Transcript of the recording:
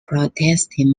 protestant